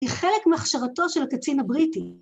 היא חלק מהכשרתו של הקצין הבריטי.